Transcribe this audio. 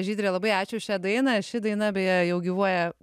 žydre labai ačiū už šią dainą ši daina beje jau gyvuoja